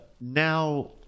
now